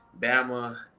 Bama